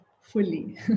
fully